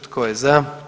Tko je za?